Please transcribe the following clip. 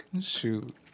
Shoot